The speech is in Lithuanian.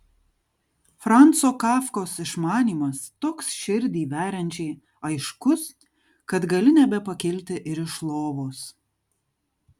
franco kafkos išmanymas toks širdį veriančiai aiškus kad gali nebepakilti ir iš lovos